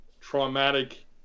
traumatic